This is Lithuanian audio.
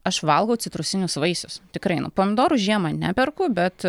aš valgau citrusinius vaisius tikrai nu pomidorų žiemą neperku bet